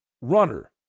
runner